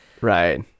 Right